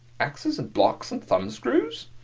axes, and blocks, and thumbscrews?